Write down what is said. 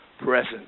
present